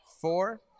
four